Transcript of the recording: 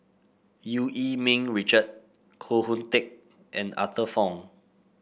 Eu Yee Ming Richard Koh Hoon Teck and Arthur Fong